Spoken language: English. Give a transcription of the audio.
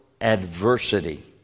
adversity